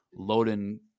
Loden